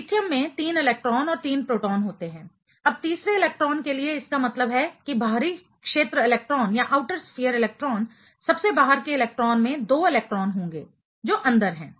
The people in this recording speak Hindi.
लिथियम में 3 इलेक्ट्रॉन और 3 प्रोटॉन होते हैं अब तीसरे इलेक्ट्रॉन के लिए इसका मतलब है कि बाहरी क्षेत्र इलेक्ट्रॉन आउटर स्फीयर इलेक्ट्रॉन सबसे बाहर के इलेक्ट्रॉन में 2 इलेक्ट्रॉन होंगे जो अंदर है